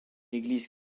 église